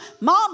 mom